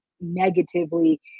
negatively